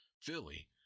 Philly